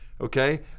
okay